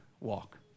walk